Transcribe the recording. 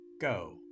Go